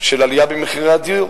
של עלייה במחירי הדיור.